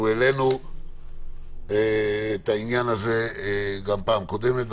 שהעלינו את העניין הזה גם בפעם הקודמת,